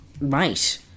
Right